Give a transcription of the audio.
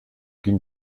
ging